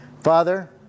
Father